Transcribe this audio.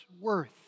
worth